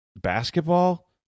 basketball